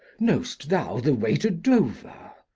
know'st thou the way to dover?